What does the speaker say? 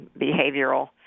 behavioral